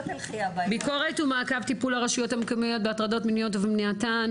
ביקורת ומעקב טיפול הרשויות המקומיות בהטרדות מיניות ומניעתן.